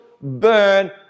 burn